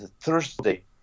Thursday